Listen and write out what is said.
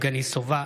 יבגני סובה,